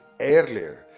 earlier